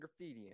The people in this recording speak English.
graffitiing